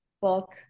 book